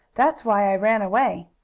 that's why i ran away.